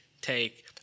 take